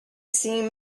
seen